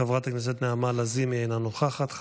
חברת הכנסת נעמה לזימי, אינה נוכחת.